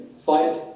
fight